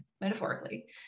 Metaphorically